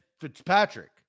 Fitzpatrick